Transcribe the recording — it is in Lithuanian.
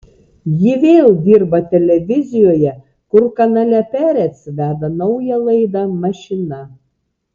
ji vėl dirba televizijoje kur kanale perec veda naują laidą mašina